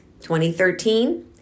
2013